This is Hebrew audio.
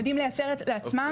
הם יודעים לייצר לעצמם,